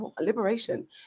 Liberation